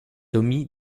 tommy